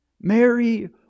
Mary